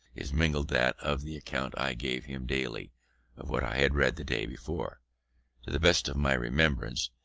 is mingled that of the account i gave him daily of what i had read the day before. to the best of my remembrance,